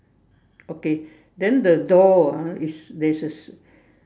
okay then the door ah is there's a